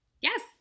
Yes